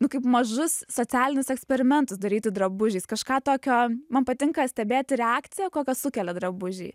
nu kaip mažus socialinius eksperimentus daryti drabužiais kažką tokio man patinka stebėti reakciją kokią sukelia drabužiai